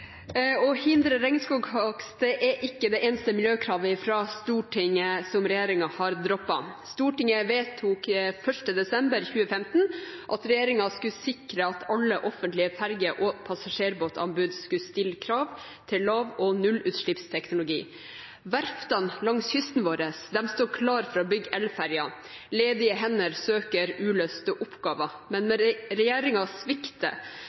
Å hindre regnskoghogst er ikke det eneste miljøkravet fra Stortinget som regjeringen har droppet. Stortinget vedtok 1. desember 2015 at regjeringen skulle sikre at alle offentlige ferje- og passasjerbåtanbud skulle basere seg på lav- og nullutslippsteknologi. Verftene langs kysten vår står klare for å bygge elferjer, ledige hender søker uløste oppgaver. Men regjeringen svikter